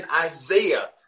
Isaiah